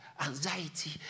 anxiety